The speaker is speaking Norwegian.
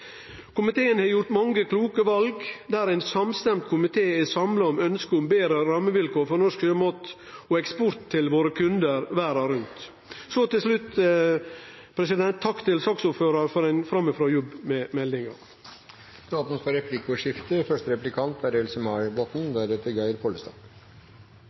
Komiteen har gjort mange kloke val, der ein samstemt komité er samla om ønsket om betre rammevilkår for norsk sjømateksport til våre kundar verda rundt. Så til slutt: Takk til saksordføraren for ein framifrå jobb med innstillinga. Det åpnes for replikkordskifte. I Stortingets spørretime 17. februar sa fiskeriminister Per